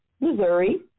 Missouri